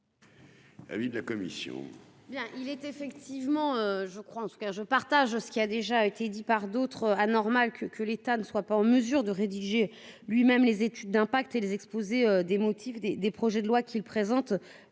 Avis de la commission.